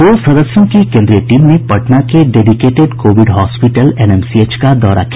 दो सदस्यों की कोन्द्रीय टीम ने पटना के डेडिकेटेड कोविड हॉस्पीटल एनएमसीएच का दौरा किया